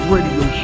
Radio